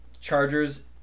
Chargers